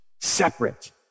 separate